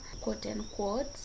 quote-unquote